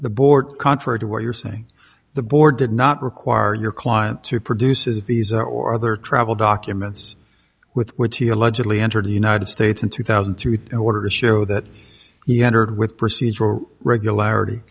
the board contrary to what you're saying the board did not require your client to produce his visa or other travel documents with which he allegedly entered the united states in two thousand through order to show that he entered with procedural regularity